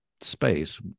space